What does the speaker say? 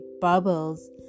bubbles